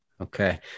Okay